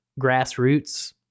grassroots